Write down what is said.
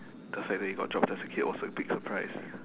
the fact that you got droppped as a kid was a big surprise